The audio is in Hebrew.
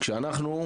כאשר אנחנו,